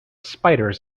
spiders